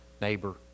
neighbor